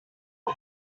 all